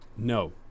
No